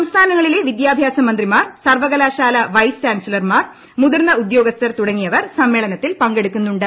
സംസ്ഥാനങ്ങളിലെ വിദ്യാഭ്യാസ മന്ത്രിമാർ സർവകലാശാല വൈസ് ചാൻസലർമാർ മുതിർന്ന ഉദ്യോഗസ്ഥർ തുടങ്ങിയവർ സമ്മേളനത്തിൽ പങ്കെടുക്കുന്നുണ്ട്